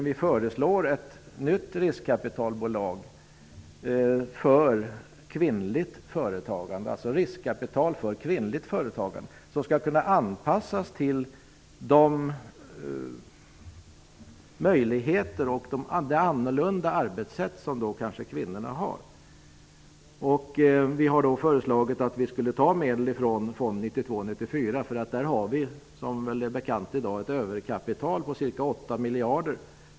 Vi föreslår ett nytt riskkapitalbolag för kvinnligt företagande. Det skall kunna anpassas till de möjligheter och de kanske något annorlunda arbetssätt som kvinnor har. Vi har föreslagit att medlen skall tas från fond 92/94. Där har vi, vilket torde vara bekant i dag, ett överkapital på cirka åtta miljarder.